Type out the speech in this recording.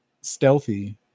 Stealthy